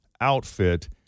outfit